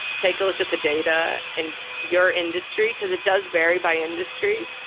take a look at the data in your industry, because it does vary by industry.